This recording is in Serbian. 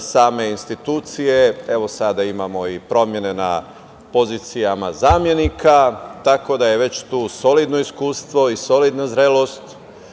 same institucije. Evo, sada imamo i promene na pozicijama zamenika, tako da je već tu solidno iskustvo i solidna zrelost. Svakako